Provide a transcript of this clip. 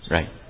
Right